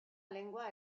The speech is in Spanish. lengua